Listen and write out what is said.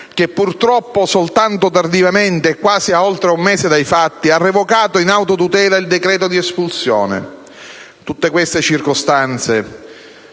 che, purtroppo, soltanto tardivamente, ad oltre un mese dai fatti, ha revocato in autotutela il decreto di espulsione. Tutte queste circostanze,